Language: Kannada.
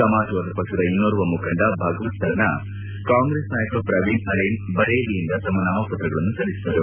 ಸಮಾಜವಾದ ಪಕ್ಷದ ಇನ್ನೋರ್ವ ಮುಖಂಡ ಭಗವತ್ ಸರನ ಕಾಂಗ್ರೆಸ್ ನಾಯಕ ಪ್ರವೀಣ್ ಅರೆನ್ ಬರೇಲಿಯಿಂದ ನಾಮಪತ್ರ ಸಲ್ಲಿಸಿದರು